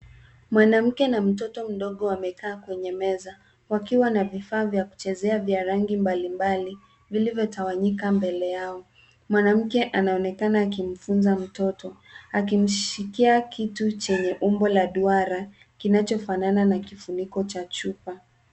Mwanamke na mtoto mdogo wamekaa kwenye meza wakiwa na vifaa vya kuchezea vya rangi mbali mbali vilivyotawanyika mbele yao, mwanamke anaonekana akimfunza mtoto akimshikia kitu chenye umbo la duara kinachofanana na kifuniko cha chupa.